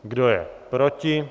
Kdo je proti?